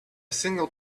single